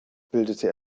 bildete